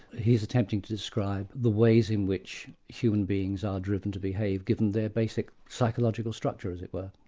he's attempting to describe the ways in which human beings are driven to behave, given their basic psychological structure, as it were.